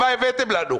ומה הבאתם לנו?